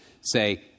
say